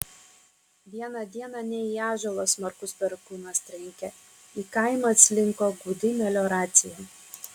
vieną dieną ne į ąžuolą smarkus perkūnas trenkė į kaimą atslinko gūdi melioracija